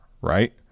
right